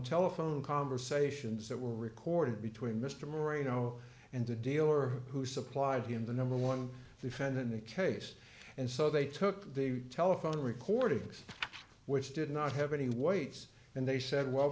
telephone conversations that were recorded between mr moreno and the dealer who supplied him the number one they found in the case and so they took the telephone record of which did not have any weights and they said well